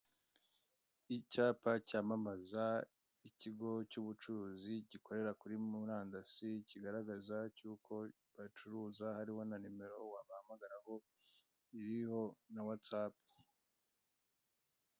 Icyapa cyamamamza ikigo cy'ubucuruzi gikorera kuri murandasi kigaragaza yuko bacuruza hariho na nimero wabahamagaraho iriho na what's app.